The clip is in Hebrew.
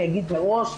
אני אגיד מראש,